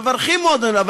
מברכים מועדוני לקוחות,